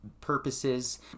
purposes